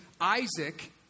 Isaac